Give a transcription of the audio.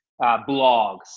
blogs